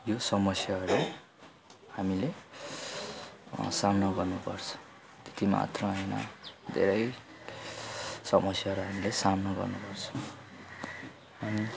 यो समस्याहरू हामीले सामना गर्नुपर्छ त्यति मात्र होइन धेरै समस्याहरू हामीले सामना गर्नुपर्छ अनि